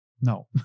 No